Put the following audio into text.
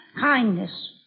kindness